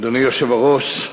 אדוני היושב-ראש,